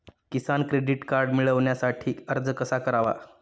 किसान credit card मिळवण्यासाठी अर्ज कसा करावा?